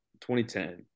2010